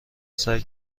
سعی